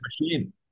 machine